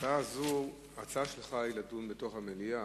ההצעה שלך היא לדון במליאה,